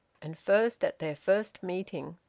and first at their first meeting.